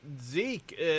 Zeke